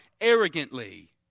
arrogantly